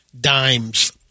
dimes